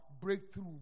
breakthrough